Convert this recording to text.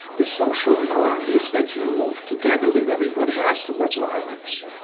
the social norm is that you move together with everybody else towards violence.